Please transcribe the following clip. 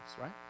right